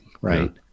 Right